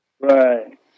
Right